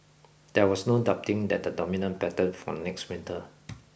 there was no doubting that the dominant pattern for next winter